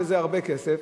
שזה הרבה כסף.